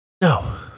No